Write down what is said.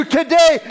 today